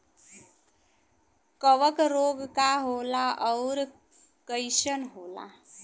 कवक रोग का होला अउर कईसन होला?